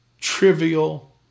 trivial